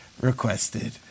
requested